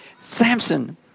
Samson